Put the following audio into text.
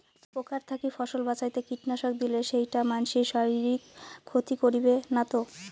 পোকার থাকি ফসল বাঁচাইতে কীটনাশক দিলে সেইটা মানসির শারীরিক ক্ষতি করিবে না তো?